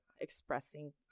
expressing